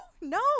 No